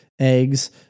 eggs